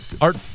art